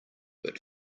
but